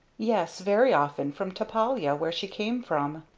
yes very often from topolaya where she came from.